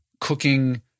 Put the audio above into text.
cooking